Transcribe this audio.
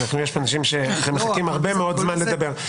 יש פה אנשים שמחכים הרבה מאוד זמן לדבר.